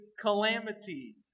calamity